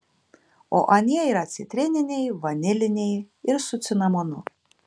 o anie yra citrininiai vaniliniai ir su cinamonu